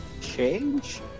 change